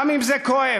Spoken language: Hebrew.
גם אם זה כואב.